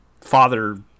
father